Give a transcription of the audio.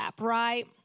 right